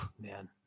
man